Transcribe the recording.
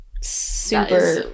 super